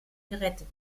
gerettet